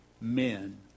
men